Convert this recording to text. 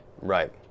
Right